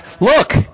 look